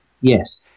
yes